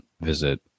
visit